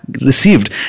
received